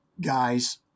guys